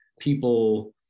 people